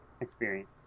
experience